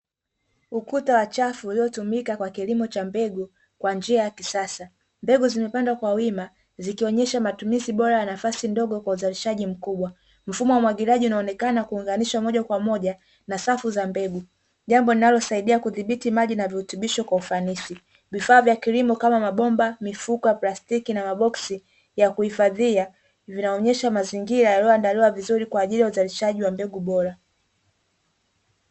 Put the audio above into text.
Ukuta wa chafu uliotumika kwa kilimo cha mbegu kwa njia ya kisasa, mbegu zimepandwa kwa wima zikionyesha matumizi bora ya nafasi ndogo kwa uzalishaji mkubwa, mfumo wa umwagiliaji unaonekana kuunganishwa moja kwa moja na safu za mbegu jambo linalosaidia kudhibiti maji na virutubisho kwa ufanisi, vifaa vya kilimo kama mabomba, mifuko ya plastiki na maboksi yakuhifadhia vinaonyesha mazingira yaliyoandaliwa vizuri kwaajili ya uzalishaji wa mbegu bora.